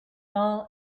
all